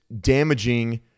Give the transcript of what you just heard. damaging